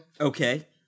Okay